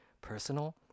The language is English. personal